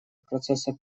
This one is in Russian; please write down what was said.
процесса